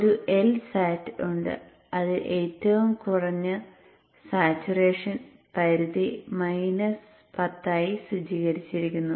ഒരു Lsat ഉണ്ട് അതിൽ ഏറ്റവും കുറഞ്ഞ സാച്ചുറേഷൻ പരിധി മൈനസ് 10 ആയി സജ്ജീകരിച്ചിരിക്കുന്നു